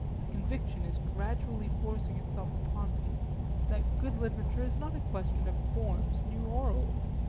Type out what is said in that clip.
the conviction is gradually forcing itself upon me that good literature is not a question of forms new or old,